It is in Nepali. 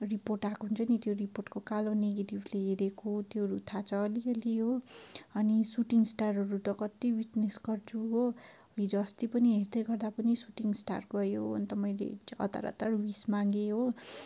रिपोर्ट आएको हुन्छ नि त्यो रिपोर्टको कालो नेगेटिभले हेरेको त्योहरू थाहा छ अलिअलि हो अनि सुटिङ स्टारहरू त कति विटनेस गर्छु हो हिजोअस्ति पनि हेर्दै गर्दा पनि सुटिङ स्टार गयो अन्त मैले हतार हतार विस मागेँ हो